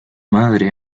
madre